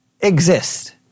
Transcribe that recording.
exist